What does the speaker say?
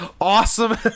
awesome